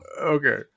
Okay